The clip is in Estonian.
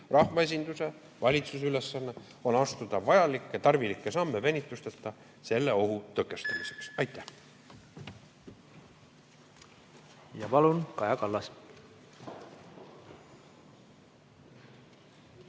rahvaesinduse, valitsuse ülesanne on astuda vajalikke, tarvilikke samme venitusteta selle ohu tõkestamiseks. Aitäh! Palun, Kaja Kallas!